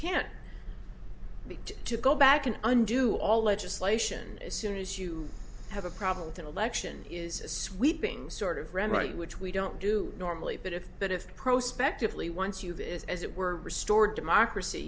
can't begin to go back and undo all legislation as soon as you have a problem with an election is a sweeping sort of ran right which we don't do normally but if but if the prospect of lee once you've is as it were restored democracy